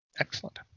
Excellent